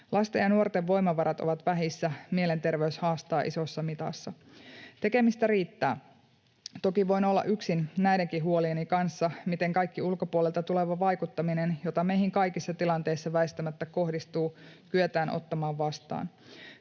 Lasten ja nuorten voimavarat ovat vähissä. Mielenterveys haastaa isossa mitassa. Tekemistä riittää. Toki voin olla yksin näidenkin huolieni kanssa, miten kaikki ulkopuolelta tuleva vaikuttaminen, jota meihin kaikissa tilanteissa väistämättä kohdistuu, kyetään ottamaan vastaan.